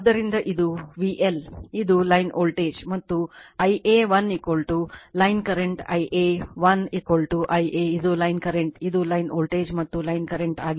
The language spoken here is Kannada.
ಆದ್ದರಿಂದ ಇದು VL ಇದು ಲೈನ್ ವೋಲ್ಟೇಜ್ ಮತ್ತು Ia l line current Ia l Ia ಇದು ಲೈನ್ ಕರೆಂಟ್ ಅದು ಲೈನ್ ವೋಲ್ಟೇಜ್ ಮತ್ತು ಲೈನ್ ಕರೆಂಟ್ ಆಗಿದೆ